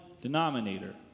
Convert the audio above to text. denominator